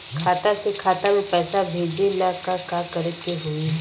खाता से खाता मे पैसा भेजे ला का करे के होई?